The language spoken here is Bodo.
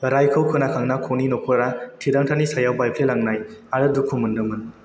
रायखौ खोनाखांना ख'नि न'खरा थिरांथानि सायाव बायफ्लेलांनाय आरो दुखु मोन्दोंमोन